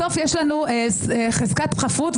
בסוף יש לנו חזקת חפות,